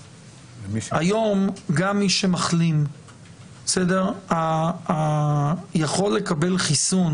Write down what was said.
היום, גם מי שמחלים יכול לקבל חיסון